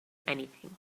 anything